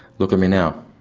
look at me now.